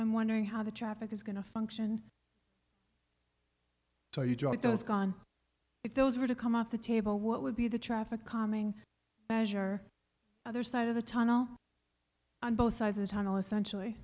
i'm wondering how the traffic is going to function so you drop those gone if those were to come off the table what would be the traffic calming measures or other side of the tunnel on both sides of the tunnel essentially